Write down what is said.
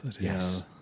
Yes